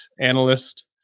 analyst